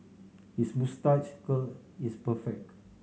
his moustache curl is perfect